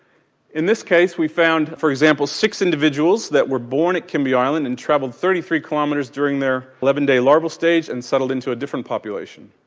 in this case we found for example, six individuals that were born at kimby island and travelled thirty three kilometres during their eleven day larval stage and settled into a different population.